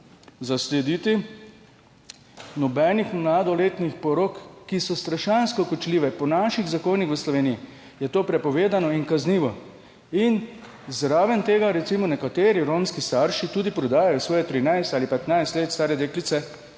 zaslediti nobenih porok mladoletnih, ki so strašansko kočljive. Po naših zakonih v Sloveniji je to prepovedano in kaznivo. In zraven tega recimo nekateri romski starši tudi prodajajo svoje 13 ali 15 let stare deklice,